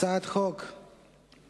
הצעת חוק פ/31,